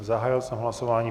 Zahájil jsem hlasování.